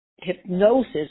hypnosis